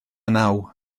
naw